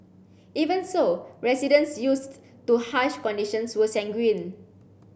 even so residents used to harsh conditions were sanguine